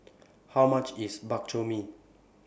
How much IS Bak Chor Mee